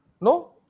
No